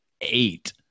eight